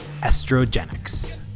estrogenics